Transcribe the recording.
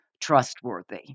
trustworthy